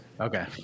Okay